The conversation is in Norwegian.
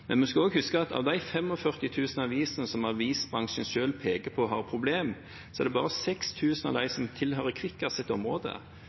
Men vi skal også huske at av de 45 000 avisene som avisbransjen selv peker på at det er problemer med, er det bare 6 000 som tilhører Kvikkas’ område.